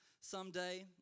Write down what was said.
someday